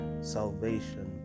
salvation